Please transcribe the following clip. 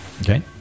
okay